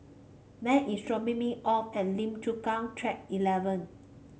Meg is dropping me off at Lim Chu Kang Track Eleven